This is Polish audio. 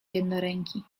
jednoręki